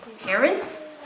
parents